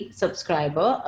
subscriber